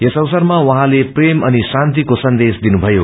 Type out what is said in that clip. यस अवसरमा उर्जौले प्रेम अनि शान्तिक्रो सन्देश दिनुभयो